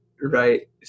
right